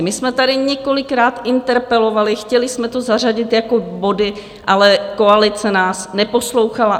My jsme tady několikrát interpelovali, chtěli jsme to zařadit jako body, ale koalice nás neposlouchala.